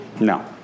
no